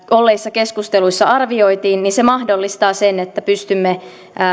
keskusteluissa arvioitiin niin se mahdollistaa sen että pystymme